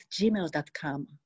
gmail.com